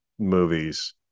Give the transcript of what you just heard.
Movies